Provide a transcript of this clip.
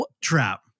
trap